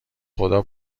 خدا